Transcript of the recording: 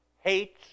hates